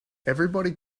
everybody